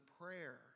prayer